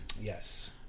Yes